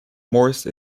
morse